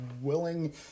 willing